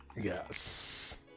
Yes